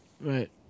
Right